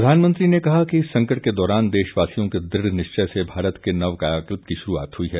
प्रधानमंत्री ने कहा कि इस संकट के दौरान देशवासियों के दुढ़ निश्चय से भारत के नव कायाकल्प की शुरूआत हुई है